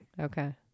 Okay